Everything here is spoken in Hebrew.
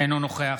אינו נוכח